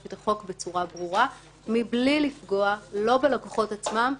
את החוק בצורה ברורה בלי לפגוע לא בלקוחות עצמם,